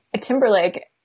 Timberlake